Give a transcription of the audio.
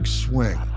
swing